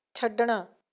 ਛੱਡਣਾ